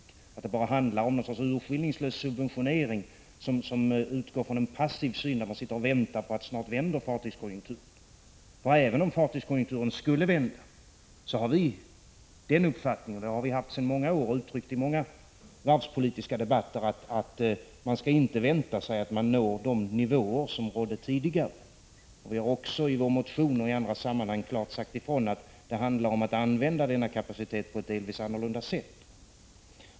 Det är inte så att det bara handlar om någon sorts urskillningslös subventionering som utgår från en passiv hållning, där man sitter och väntar på att fartygskonjunkturen snart skall vända. Även om fartygskonjunkturen skulle vända har vi den uppfattningen — den har vi haft sedan många år och givit uttryck åt i många varvspolitiska debatter — att man inte skall vänta sig att nå de nivåer som tidigare förelåg. Vi har också i vår motion och i andra sammanhang klart sagt ifrån att det handlar om att använda kapaciteten på ett delvis annorlunda sätt.